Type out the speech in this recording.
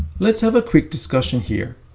let's have a quick discussion here.